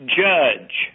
judge